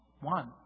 one